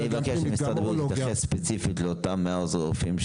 אני מבקש ממשרד הבריאות להתייחס ספציפית לאותם עוזרי הרופאים.